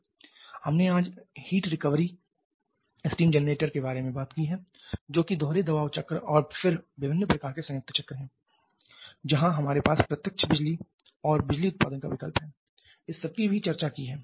हमने आज heat recovery steam generator के बारे में बात की है जो कि दोहरे दबाव चक्र और फिर विभिन्न प्रकार के संयुक्त चक्र हैं जहां हमारे पास प्रत्यक्ष बिजली और बिजली उत्पादन का विकल्प है इस सबकी भी चर्चा की है